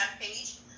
page